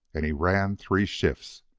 and he ran three shifts.